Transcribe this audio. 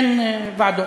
אין ועדות,